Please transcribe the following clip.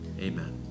Amen